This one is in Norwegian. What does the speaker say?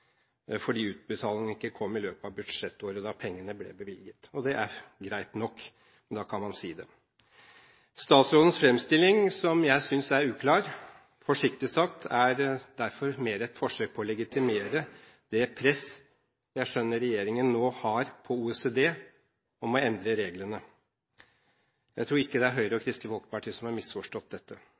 fordi utbetalingene ikke kom i løpet av budsjettåret da pengene ble bevilget. Det er greit nok, men da kan han si det. Statsrådens fremstilling, som jeg – forsiktig sagt – synes er uklar, er derfor mer et forsøk på å legitimere det presset jeg skjønner regjeringen nå har på OECD om å endre reglene. Jeg tror ikke det er Høyre og Kristelig Folkeparti som har misforstått dette.